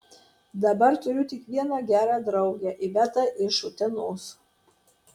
dabar turiu tik vieną gerą draugę ivetą iš utenos